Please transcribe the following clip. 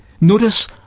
Notice